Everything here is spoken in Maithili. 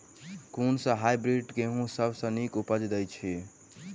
कुन सँ हायब्रिडस गेंहूँ सब सँ नीक उपज देय अछि?